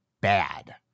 bad